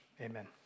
amen